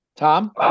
Tom